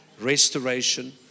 restoration